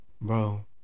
Bro